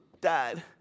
Dad